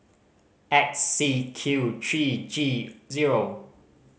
X C Q three G zero